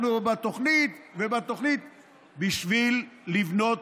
אנחנו בתוכנית, בשביל לבנות